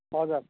हजुर